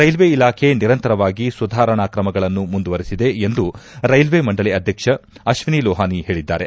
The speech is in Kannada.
ರೈಲ್ವೆ ಇಲಾಖೆ ನಿರಂತರವಾಗಿ ಸುಧಾರಣಾ ಕ್ರಮಗಳನ್ನು ಮುಂದುವರೆಸಿದೆ ಎಂದು ರೈಲ್ವೆ ಮಂಡಳಿ ಅಧ್ಯಕ್ಷ ಅಶ್ವಿನಿ ಲೊಹಾನಿ ಹೇಳಿದ್ದಾರೆ